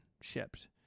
shipped